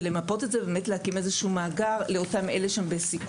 למפות את זה ולהקים איזה שהוא מאגר של כל אותם אלה שהם בסיכון,